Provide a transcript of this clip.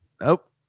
Nope